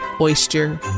oyster